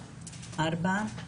ארבע.